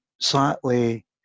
slightly